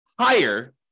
higher